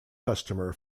customer